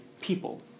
people